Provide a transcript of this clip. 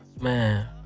Man